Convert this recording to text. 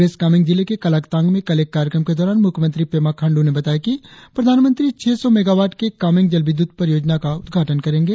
waste Kameng जिले के कालाकतांग में कल एक कार्यक्रम के दौरान मुख्यमंत्री पेमा खांडू ने बताया कि प्रधानमंत्री छह सौ मेगावाट के कामेंग जल विद्युत परियोजना का उद्घाटन करेंगे